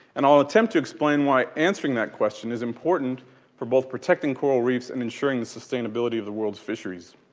and i'll attempt to explain why answering that question is important for both protecting coral reefs and ensuring the sustainability of the world's fisheries.